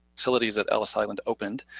facilities at ellis island opened,